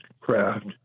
craft